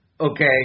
Okay